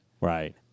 Right